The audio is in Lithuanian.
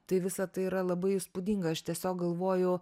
tai visa tai yra labai įspūdinga aš tiesiog galvoju